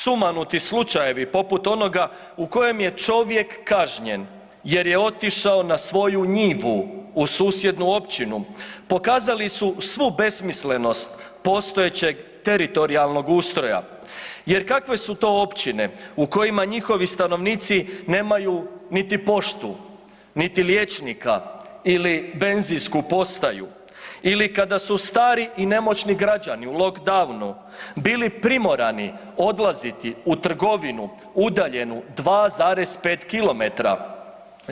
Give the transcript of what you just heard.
Sumanuti slučajevi poput onoga u kojem je čovjek kažnjen jer je otišao na svoju njivu u susjednu općinu pokazali su svu besmislenost postojećeg teritorijalnog ustroja jer kakve su to općine u kojima njihovi stanovnici nemaju niti poštu, niti liječnika ili benzinsku postaju ili kada su stari i nemoćni građani u lockdownu bili primorani odlaziti u trgovinu udaljenju 2,5 km.